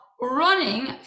running